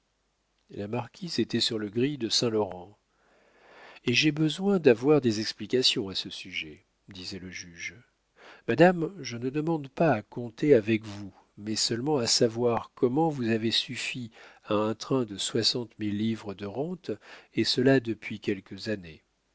la marquise était sur le gril de saint-laurent et j'ai besoin d'avoir des explications à ce sujet disait le juge madame je ne demande pas à compter avec vous mais seulement à savoir comment vous avez suffi à un train de soixante mille livres de rente et cela depuis quelques années